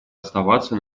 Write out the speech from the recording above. оставаться